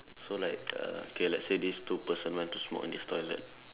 so like uh okay let's say these two person went to smoke at this toilet